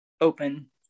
open